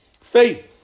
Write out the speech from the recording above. Faith